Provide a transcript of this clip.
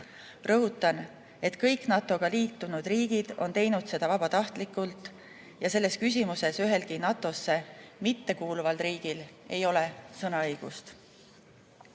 Rõhutan, et kõik NATO‑ga liitunud riigid on teinud seda vabatahtlikult ja selles küsimuses ühelgi NATO‑sse mittekuuluval riigil ei ole sõnaõigust. Lugupeetud